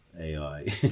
ai